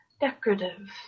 decorative